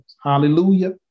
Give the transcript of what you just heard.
Hallelujah